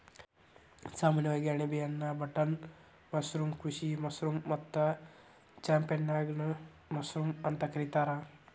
ಸಾಮಾನ್ಯವಾಗಿ ಅಣಬೆಯನ್ನಾ button mushroom, ಕೃಷಿ ಮಶ್ರೂಮ್ ಮತ್ತ ಚಾಂಪಿಗ್ನಾನ್ ಮಶ್ರೂಮ್ ಅಂತ ಕರಿತಾರ